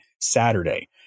Saturday